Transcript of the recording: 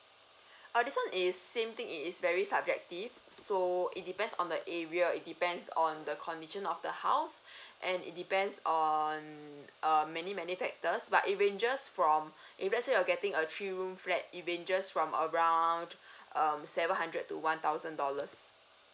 err so this one is same thing is very subjective so it depends on the area it depends on the condition of the house and it depends on err many many factors but it ranges from if let's say you're getting a three room flat it ranges from around um seven hundred to one thousand dollars